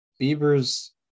Bieber's